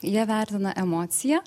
jie vertina emociją